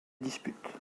disputes